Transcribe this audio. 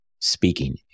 speaking